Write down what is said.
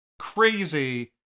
crazy